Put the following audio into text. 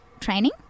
training